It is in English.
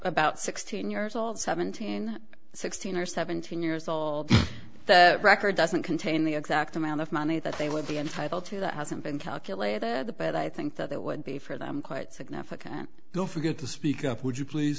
about sixteen years old seventeen sixteen or seventeen years old the record doesn't contain the exact amount of money that they would be entitled to that hasn't been calculated that but i think that it would be for them quite significant good to speak up would you please